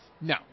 No